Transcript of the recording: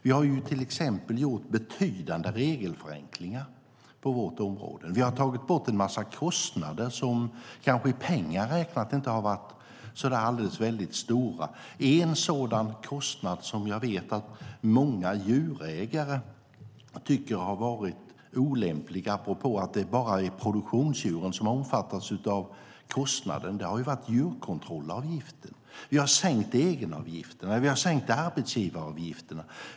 Vi har till exempel gjort betydande regelförenklingar på vårt område. Vi har tagit bort en massa kostnader, som i pengar räknat kanske inte har varit så väldigt stora. En sådan kostnad som jag vet att många djurägare tycker har varit olämplig, apropå att det är bara produktionsdjuren som omfattas av kostnaden, är djurkontrollavgiften. Vi har sänkt egenavgifterna. Vi har sänkt arbetsgivaravgifterna.